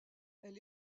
elle